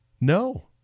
No